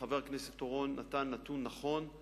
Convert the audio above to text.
חבר הכנסת אורון נתן נתון נכון.